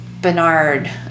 bernard